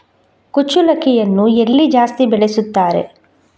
ಕುಚ್ಚಲಕ್ಕಿಯನ್ನು ಎಲ್ಲಿ ಜಾಸ್ತಿ ಬೆಳೆಸುತ್ತಾರೆ?